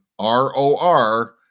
ROR